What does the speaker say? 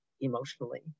emotionally